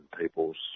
people's